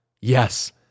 Yes